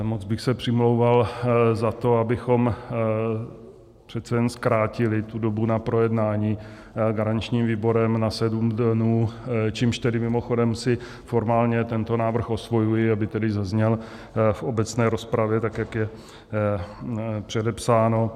Moc bych se přimlouval za to, abychom přece jen zkrátili dobu na projednání garančním výborem na sedm dnů, čímž mimochodem si formálně tento návrh osvojuji, aby zazněl v obecné rozpravě tak, jak je předepsáno.